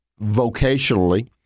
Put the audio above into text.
vocationally